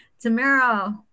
Tamara